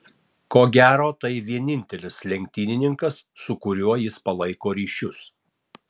ko gero tai vienintelis lenktynininkas su kuriuo jis palaiko ryšius